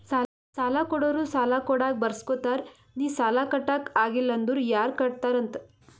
ಸಾಲಾ ಕೊಡೋರು ಸಾಲಾ ಕೊಡಾಗ್ ಬರ್ಸ್ಗೊತ್ತಾರ್ ನಿ ಸಾಲಾ ಕಟ್ಲಾಕ್ ಆಗಿಲ್ಲ ಅಂದುರ್ ಯಾರ್ ಕಟ್ಟತ್ತಾರ್ ಅಂತ್